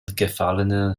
gefallene